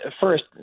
First